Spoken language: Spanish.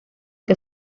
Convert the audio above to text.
que